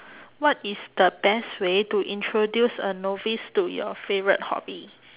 what is the best way to introduce a novice to your favourite hobby